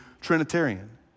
Trinitarian